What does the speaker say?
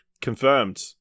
confirmed